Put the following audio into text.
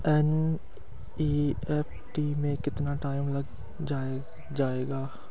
NEFT में कितना time लग जाएगा?